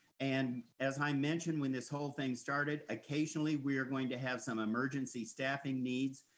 and as i mentioned when this whole thing started, occasionally, we're going to have some emergency staffing needs,